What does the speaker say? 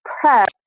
prep